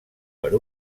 per